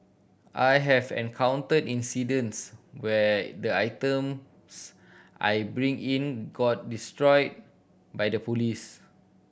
I have encountered incidents where the items I bring in get destroyed by the police